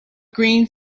green